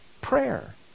prayer